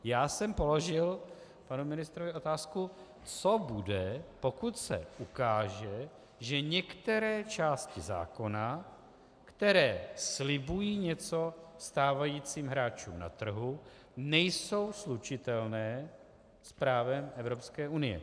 Já jsem položil panu ministrovi otázku, co bude, pokud se ukáže, že některé části zákona, které slibují něco stávajícím hráčům na trhu, nejsou slučitelné s právem Evropské unie.